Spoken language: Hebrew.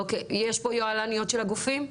אוקיי, יש פה יוהל"ניות של הגופים?